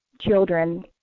children